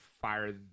fire